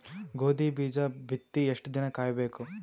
ಗೋಧಿ ಬೀಜ ಬಿತ್ತಿ ಎಷ್ಟು ದಿನ ಕಾಯಿಬೇಕು?